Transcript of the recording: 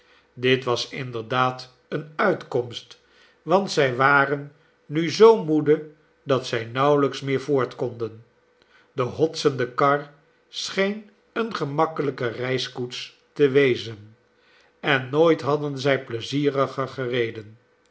dit was inderdaad eene uitkomst want zij waren nu zoo moede dat zij nauwelijks meer voort konden de hotsende kar scheen eene gemakkelijke reiskoets te wezen en nooithadden zij pleizieriger gereden